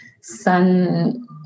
sun